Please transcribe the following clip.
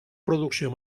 producció